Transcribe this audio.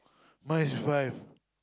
my is five